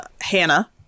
Hannah